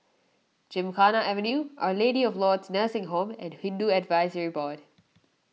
Gymkhana Avenue Our Lady of Lourdes Nursing Home and Hindu Advisory Board